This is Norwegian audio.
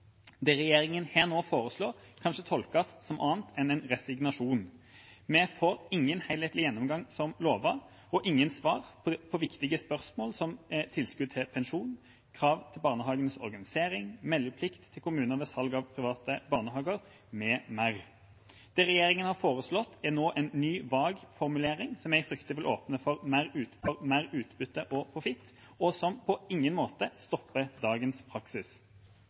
Det regjeringa her nå foreslår, kan ikke tolkes som noe annet enn en resignasjon. Vi får ingen helhetlig gjennomgang som lovet og ingen svar på viktige spørsmål som tilskudd til pensjon, krav til barnehagens organisering, meldeplikt til kommunene ved salg av private barnehager, m.m. Det regjeringa nå har foreslått, er en ny, vag formulering som jeg frykter vil åpne for mer utbytte og profitt, og som på ingen måte stopper dagens praksis.